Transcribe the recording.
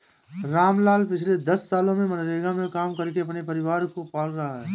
रामलाल पिछले दस सालों से मनरेगा में काम करके अपने परिवार को पाल रहा है